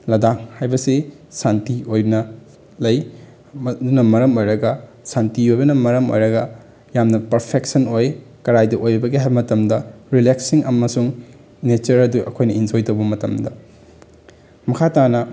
ꯂꯗꯥꯛ ꯍꯥꯏꯕꯁꯤ ꯁꯥꯟꯇꯤ ꯑꯣꯏꯅ ꯂꯩ ꯑꯗꯨꯅ ꯃꯔꯝ ꯑꯣꯏꯔꯒ ꯁꯥꯟꯇꯤ ꯑꯣꯏꯕꯅ ꯃꯔꯝ ꯑꯣꯏꯔꯒ ꯌꯥꯝꯅ ꯄꯥꯔꯐꯦꯛꯁꯟ ꯑꯣꯏ ꯀꯔꯥꯏꯗ ꯑꯣꯏꯕꯒꯦ ꯍꯥꯏꯕ ꯃꯇꯝꯗ ꯔꯤꯂꯦꯛꯁꯤꯡ ꯑꯃꯁꯨꯡ ꯅꯦꯆꯔ ꯑꯗꯨ ꯑꯩꯈꯣꯏꯅ ꯑꯦꯟꯖꯣꯏ ꯇꯧꯕ ꯃꯇꯝꯗ ꯃꯈꯥ ꯇꯥꯅ